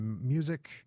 music